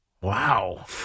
Wow